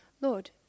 Lord